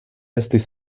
estis